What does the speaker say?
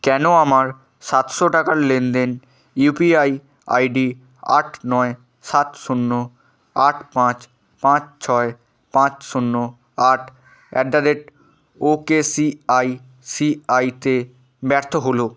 কেন আমার সাতশো টাকার লেনদেন ইউপিআই আইডি আট নয় সাত শূন্য আট পাঁচ পাঁচ ছয় পাঁচ শূন্য আট অ্যাট দ্য রেট ওকে সিআইসিআইতে ব্যর্থ হলো